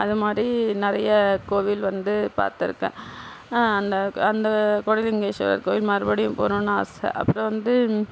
அதுமாதிரி நிறைய கோவில் வந்து பார்த்துருக்கேன் அந்த அந்த கோடிலிங்கேஸ்வரர் கோவில் மறுபடியும் போகனும்னு ஆசை அப்புறம் வந்து